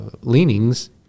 leanings